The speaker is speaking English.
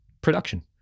production